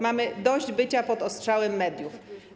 Mamy dość bycia pod ostrzałem mediów.